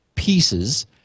Pieces